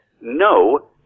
no